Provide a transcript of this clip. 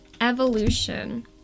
Evolution